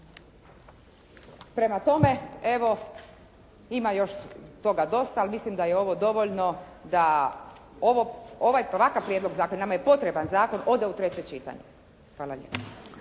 Prema tome, evo ima još toga dosta, ali mislim da je ovo dovoljno da ovakav prijedlog zakona, nama je potreban zakon, ode u treće čitanje. Hvala lijepa.